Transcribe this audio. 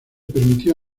permitió